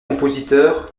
compositeur